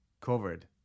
covered